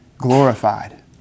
glorified